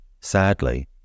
sadly